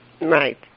Right